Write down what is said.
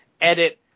edit